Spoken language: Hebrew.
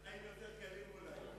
החיים יותר קלים אולי.